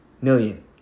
million